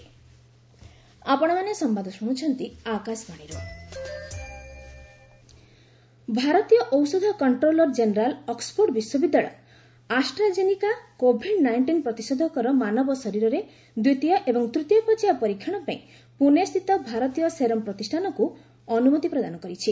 DCGI approval ଭାରତୀୟ ଔଷଧ controller general' Oxford ବିଶ୍ୱବିଦ୍ୟାଳୟ ଆଷ୍ଟ୍ରା ଜେନିକା କୋଭିଡ୍ ନାଇଷ୍ଟିନ୍ ପ୍ରତିଷେଧକର ମାନବ ଶରୀରରେ ଦ୍ୱିତୀୟତୂତୀୟ ପର୍ଯ୍ୟାୟ ପରୀକ୍ଷଣ ପାଇଁ ପୁଣେ ସ୍ଥିତ ଭାରତୀୟ ସେରମ୍ ପ୍ରତିଷ୍ଠାନକୁ ଅନୁମତି ପ୍ରଦାନ କରିଛି